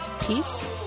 peace